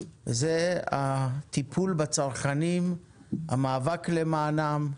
וזה הטיפול בצרכנים, המאבק למענם,